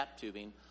tubing